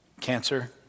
cancer